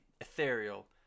ethereal